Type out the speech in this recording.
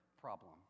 problem